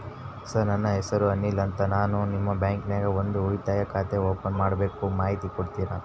Sir ನನ್ನ ಹೆಸರು ಅನಿಲ್ ಅಂತ ನಾನು ನಿಮ್ಮ ಬ್ಯಾಂಕಿನ್ಯಾಗ ಒಂದು ಉಳಿತಾಯ ಖಾತೆ ಓಪನ್ ಮಾಡಬೇಕು ಮಾಹಿತಿ ಕೊಡ್ತೇರಾ?